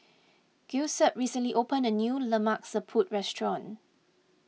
Giuseppe recently opened a new Lemak Siput restaurant